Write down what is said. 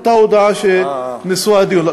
אותה הודעה שבנושא הדיון.